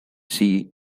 see